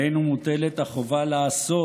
עלינו מוטלת החובה לעשות,